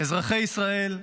אזרחי ישראל,